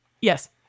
Yes